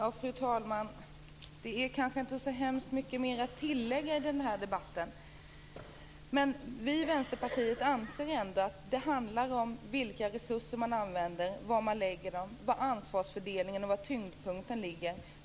Fru talman! Det finns kanske inte så mycket mer att tillägga i debatten. Vi i Vänsterpartiet anser att det handlar om vilka resurser man använder, var man lägger dem och var ansvarsfördelningen och tyngdpunkten ligger.